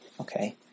Okay